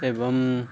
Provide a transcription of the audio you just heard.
ଏବଂ